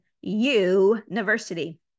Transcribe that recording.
University